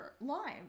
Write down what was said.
Lime